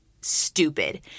stupid